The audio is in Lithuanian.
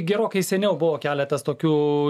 gerokai seniau buvo keletas tokių